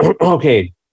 okay